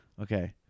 Okay